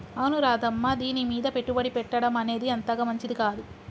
అవును రాధమ్మ దీనిమీద పెట్టుబడి పెట్టడం అనేది అంతగా మంచిది కాదు